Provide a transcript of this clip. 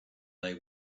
they